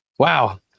Wow